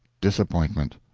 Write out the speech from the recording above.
disappointment!